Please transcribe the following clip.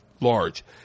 large